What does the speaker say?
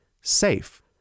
SAFE